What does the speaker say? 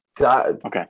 Okay